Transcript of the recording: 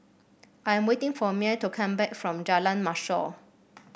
I'm waiting for Myer to come back from Jalan Mashor